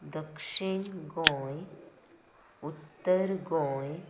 दक्षीण गोंय उत्तर गोंय